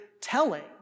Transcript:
telling